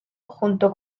junto